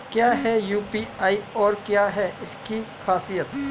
क्या है यू.पी.आई और क्या है इसकी खासियत?